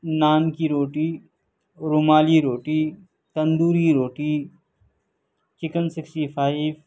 نان کی روٹی رومالی روٹی تندوری روٹی چکن سکسٹی فائف